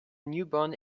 newborn